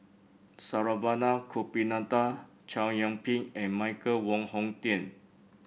Saravanan Gopinathan Chow Yian Ping and Michael Wong Hong Teng